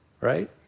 right